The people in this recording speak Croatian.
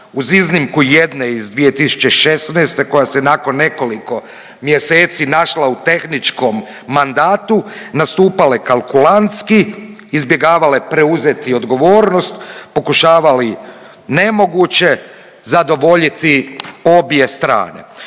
uz iznimku jedne iz 2016. koja se nakon nekoliko mjeseci našla u tehničkom mandatu, nastupale kalkulantski, izbjegavale preuzeti odgovornost, pokušavali nemoguće zadovoljiti obje strane.